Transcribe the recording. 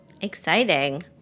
Exciting